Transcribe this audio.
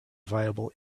viable